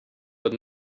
but